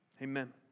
Amen